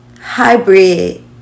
hybrid